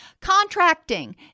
Contracting